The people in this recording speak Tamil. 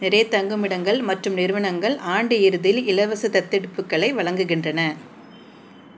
நிறைய தங்குமிடங்கள் மற்றும் நிறுவனங்கள் ஆண்டு இறுதியில் இலவச தத்தெடுப்புகளை வழங்குகின்றன